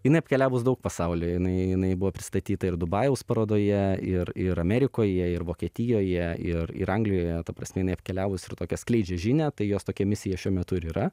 jinai apkeliavus daug pasaulio jinai jinai buvo pristatyta ir dubajaus parodoje ir ir amerikoje ir vokietijoje ir ir anglijoje ta prasme jinai apkeliavus ir tokią skleidžia žinią tai jos tokia misija šiuo metu ir yra